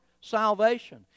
salvation